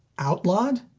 outlawed?